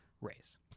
Rays